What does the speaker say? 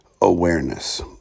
awareness